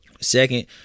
Second